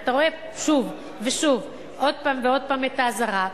ואתה רואה שוב ושוב את האזהרה,